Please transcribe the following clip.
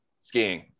Skiing